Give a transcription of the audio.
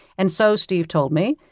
and so, steve told me,